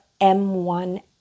M1